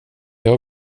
jag